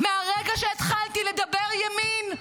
מהרגע שהתחלתי לדבר ימין,